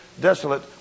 desolate